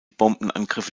bombenangriffe